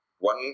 One